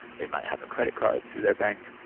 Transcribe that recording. they might have a credit card through their bank.